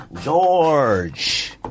George